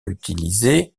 utilisé